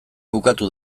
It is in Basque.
bukatu